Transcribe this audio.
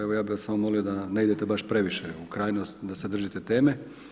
Evo ja bih vas samo molio da ne idete baš previše u krajnost da se držite teme.